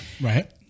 Right